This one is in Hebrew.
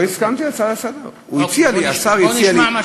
לא הסכמתי להצעה לסדר-היום.